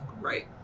right